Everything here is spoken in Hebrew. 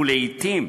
ולעתים,